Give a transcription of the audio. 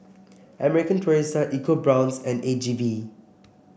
American Tourister ecoBrown's and A G V